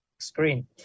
screen